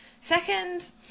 second